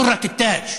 (אומר בערבית: היא הכתר.)